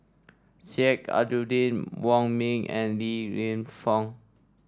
Sheik Alau'ddin Wong Ming and Li Lienfung